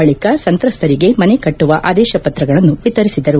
ಬಳಿಕ ಸಂತ್ರಸ್ತರಿಗೆ ಮನೆ ಕಟ್ಟುವ ಆದೇಶ ಪತ್ರಗಳನ್ನು ವಿತರಿಸಿದರು